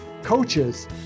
coaches